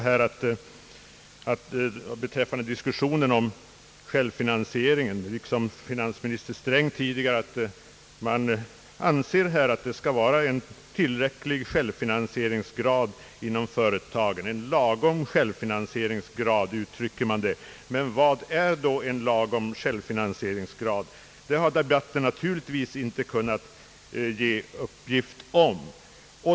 När det gäller självfinansieringen säger talman Strand liksom tidigare finansminister Sträng, att man anser att företagen skall ha en tillräcklig självfinansieringsgrad — en lagom självfinansieringsgrad, kallar man det. Men vad är då lagom? Det har debatten naturligtvis inte kunnat ge besked om.